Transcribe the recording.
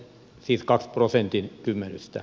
siis kaksi prosentin kymmenystä